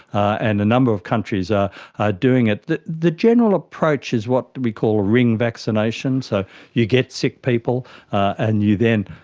and a number of countries are doing it. the the general approach is what we call ring vaccination, so you get sick people and you then,